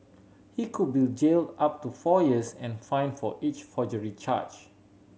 he could be jailed up to four years and fined for each forgery charge